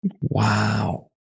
Wow